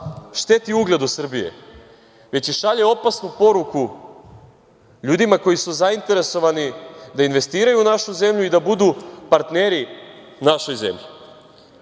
šteti ugled Srbije, već i šalje opasnu poruku ljudima koji su zainteresovani da investiraju u našu zemlju i da budu partneri našoj